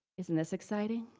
isn't this exciting?